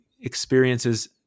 experiences